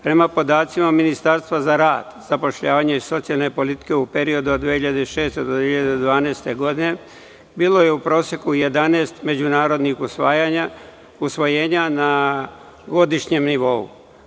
Prema podacima Ministarstva za rad, zapošljavanje i socijalnu politiku u periodu od 2006. do 2012. godine bilo je u proseku 11 međunarodnih usvojenja na godišnjem nivou.